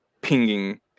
pinging